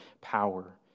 power